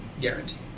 guaranteed